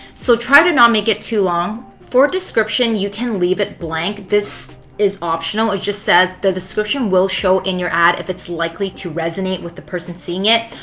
so try to not make it too long. for description, you can leave it blank. this is optional. it just says the description will show in your ad if it's likely to resonate with the person seeing it.